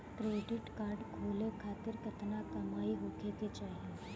Credit card खोले खातिर केतना कमाई होखे के चाही?